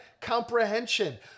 comprehension